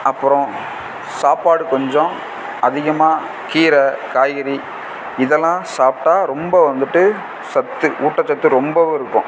அப்புறம் சாப்பாடு கொஞ்சம் அதிகமாக கீரை காய்கறி இதெல்லாம் சாப்பிட்டா ரொம்ப வந்துட்டு சத்து ஊட்டச்சத்து ரொம்பவும் இருக்கும்